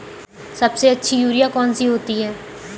सबसे अच्छी यूरिया कौन सी होती है?